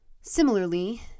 Similarly